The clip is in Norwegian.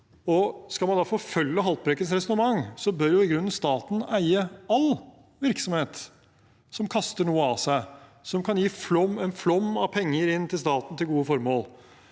Skal man da forfølge Haltbrekkens resonnement, bør i grunnen staten eie all virksomhet som kaster noe av seg, som kan gi en flom av penger inn til staten, til gode formål.